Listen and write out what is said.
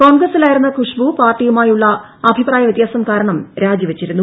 കോൺഗ്രസിലായിരുന്ന ഖുഷ്ബു പാർട്ടിയുമായുള്ള അഭിപ്രായ വ്യത്യാസം കാരണം രാജിവച്ചിരുന്നു